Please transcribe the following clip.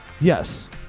Yes